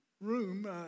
room